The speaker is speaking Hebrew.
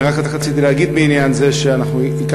אני רק רציתי להגיד בעניין זה שהקמתי